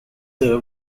the